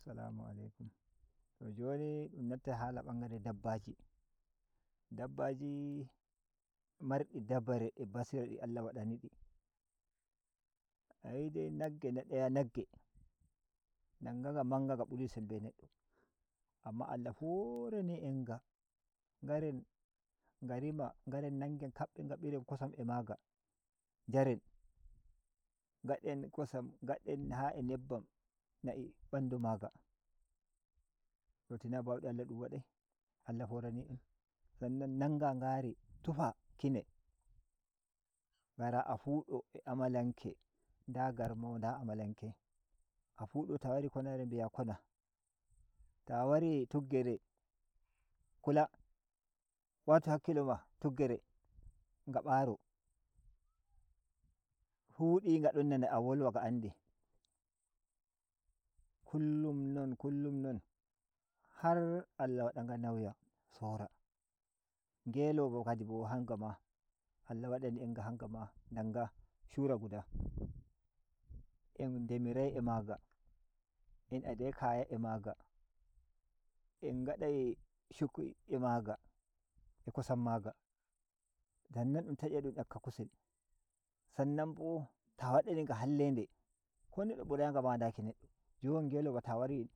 Salamu alaikum To joni dun noddai hala bangare dabbaji dabbaji mardi dabare a basirdi Allah wadani di ayi dai nagge na daya nagge ndanga ga manga nga ɓuri sembe nedd amma Allah horani en nga nagaren nga rima nagaren nangenga kabben nga biren kosam a maga njaren ngaden kosam ngaden ha a nebbam na’I ɓandu maga to tina bauɗe Allah dun wadai Alah horani en sannan nanga ngari tufa kine ngara a fudo a amalanke nda garmawo nda amalake a fudo ta wari konare bi’a kona ta wari tuggere kula watu hakkilo ma tuggere nga baro fudi ngadon nana a wolwa nga andi kullum non kullum non har Allah wada nga nauya sora ngeloba kadibo hanga ma Allah wadani enga hanga ma shura guda en demirai a maga en adai kaya a maga en ngadai shukui a maga a kosom maga sannan dun tachai dun yakka kisel sannan bo ta wadanin nga halle nde ko neɗɗo burayi nga ma nda kin eddo jon ngeloba ta wari